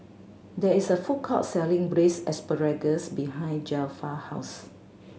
there is a food court selling Braised Asparagus behind Zelpha house